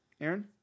Aaron